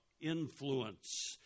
influence